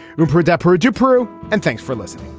pepperidge pepperidge approve. and thanks for listening